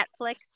Netflix